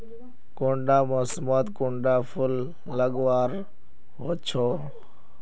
कुंडा मोसमोत कुंडा फुल लगवार होछै?